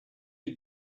you